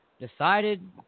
Decided